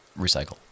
Recycle